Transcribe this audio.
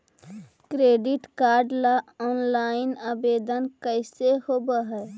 Credit card ल online आवेदन कैसे होब है?